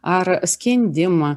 ar skendimą